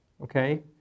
okay